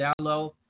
Download